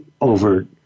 over